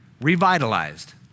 revitalized